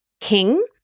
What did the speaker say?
king